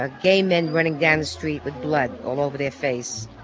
ah gay men running down the street with blood all over their face.